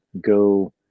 go